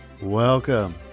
Welcome